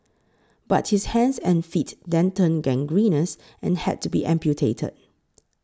but his hands and feet then turned gangrenous and had to be amputated